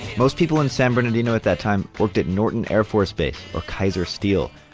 most people in san bernardino at that time worked at norton air force base or kaiser steel,